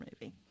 movie